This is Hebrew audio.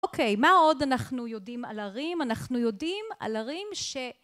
אוקיי, מה עוד אנחנו יודעים על הרים? אנחנו יודעים על הרים ש...